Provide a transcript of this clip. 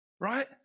Right